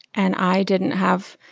and i didn't have